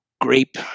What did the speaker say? grape